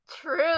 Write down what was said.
True